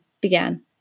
began